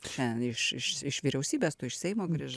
šiandien iš iš vyriausybės tu iš seimo grįžai